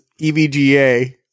EVGA